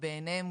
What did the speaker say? בעיניהם,